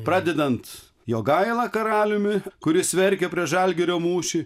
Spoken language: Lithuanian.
pradedant jogaila karaliumi kuris verkė prieš žalgirio mūšį